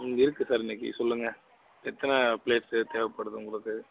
ம் இருக்குது சார் இன்னிக்கு சொல்லுங்க எத்தனை பிளேட் சார் தேவைப்படுது உங்களுக்கு